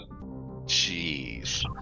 Jeez